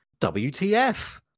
WTF